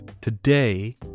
today